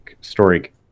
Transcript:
story